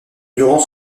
durant